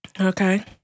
Okay